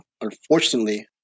unfortunately